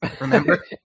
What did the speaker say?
remember